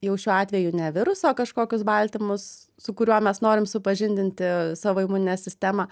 jau šiuo atveju ne viruso kažkokius baltymus su kuriuo mes norim supažindinti savo imuninę sistemą